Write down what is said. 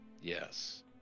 Yes